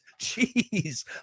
Jeez